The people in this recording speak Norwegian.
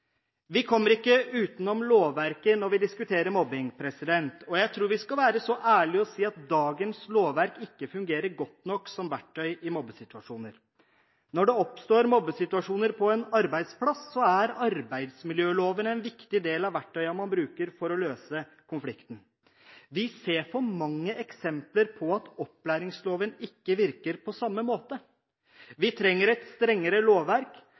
Vi kommer ikke utenom lovverket når vi diskuterer mobbing, og jeg tror vi skal være så ærlige og si at dagens lovverk ikke fungerer godt nok som verktøy i mobbesituasjoner. Når det oppstår mobbesituasjoner på en arbeidsplass, er arbeidsmiljøloven en viktig del av verktøyene man bruker for å løse konflikten. Vi ser for mange eksempler på at opplæringsloven ikke virker på samme måte. Vi trenger et strengere lovverk,